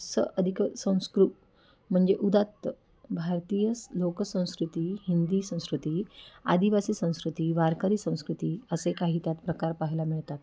स अधिक संस्कृ म्हणजे उदात्त भारतीय लोकसंस्कृती हिंदी संस्कृती आदिवासी संस्कृती वारकरी संस्कृती असे काही त्यात प्रकार पाहायला मिळतात